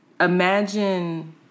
imagine